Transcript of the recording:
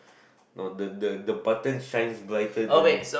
the the the buttons shine brighter than